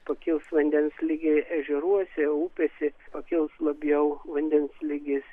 pakils vandens lygiai ežeruose upėse pakils labiau vandens lygis